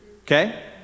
okay